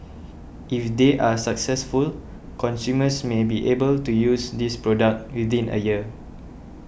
if they are successful consumers may be able to use this product within a year